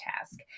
task